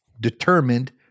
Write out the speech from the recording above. Determined